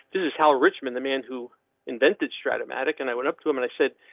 this is how richman, the man who invented stratum attic and i went up to him and i said,